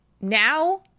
now